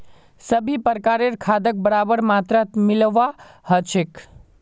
सभी प्रकारेर खादक बराबर मात्रात मिलव्वा ह छेक